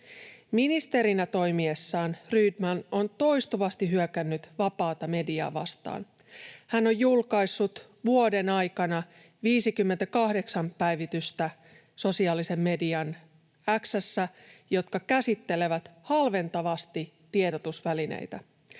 Ministerinä toimiessaan Rydman on toistuvasti hyökännyt vapaata mediaa vastaan. Hän on julkaissut vuoden aikana sosiaalisen median X:ssä 58 päivitystä, jotka käsittelevät halventavasti tiedotusvälineitä.